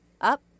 up